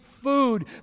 food